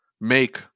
make